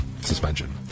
Suspension